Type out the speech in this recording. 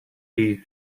die